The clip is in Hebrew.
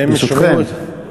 ברשותכם.